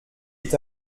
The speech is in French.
est